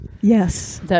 Yes